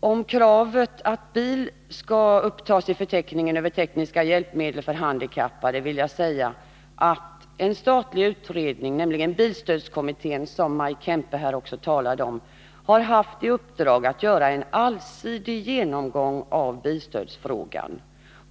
fråga om kravet att bil skall upptas i förteckningen över tekniska hjälpmedel för handikappade vill jag säga att en statlig utredning, bilstödskommittén — som Maj Kempe också talade om här — har haft i uppdrag att göra en allsidig genomgång av bilstödsfrågan.